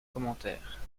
commentaire